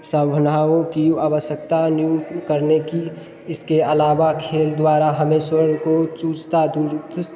सभनाओं की आवश्यकता नियुक्त करने की इसके अलावा खेल द्वारा हमे स्वयं को चुसतता चुस्त